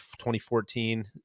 2014